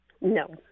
No